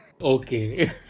Okay